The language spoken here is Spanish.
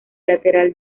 lateral